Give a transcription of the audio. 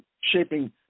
shaping